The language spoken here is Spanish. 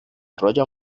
royal